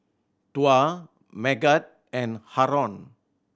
Tuah Megat and Haron